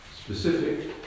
specific